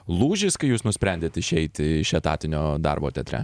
lūžis kai jūs nusprendėt išeiti iš etatinio darbo teatre